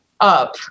up